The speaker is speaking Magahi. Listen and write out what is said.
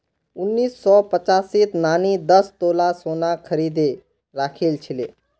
उन्नीस सौ पचासीत नानी दस तोला सोना खरीदे राखिल छिले